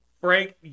Frank